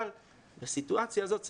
אבל בסיטואציה הזאת,